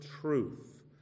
truth